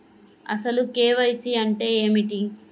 అసలు కే.వై.సి అంటే ఏమిటి?